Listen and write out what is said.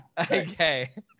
okay